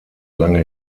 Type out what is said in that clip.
lange